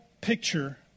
picture